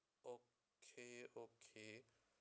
okay okay